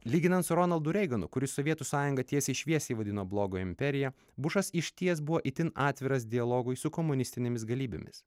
lyginant su ronaldu reiganu kuris sovietų sąjungą tiesiai šviesiai vadino blogio imperija bušas išties buvo itin atviras dialogui su komunistinėmis galybėmis